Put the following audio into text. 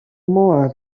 more